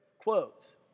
quotes